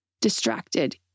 distracted